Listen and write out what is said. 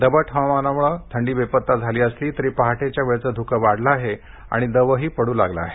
दमट हवामानामुळे थंडी बेपत्ता झाली असली तरी पहाटेच्या वेळचं ध्कं वाढलं आहे आणि दवही पड्र लागलं आहे